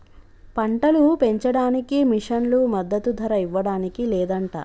పంటలు పెంచడానికి మిషన్లు మద్దదు ధర ఇవ్వడానికి లేదంట